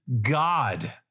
God